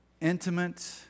intimate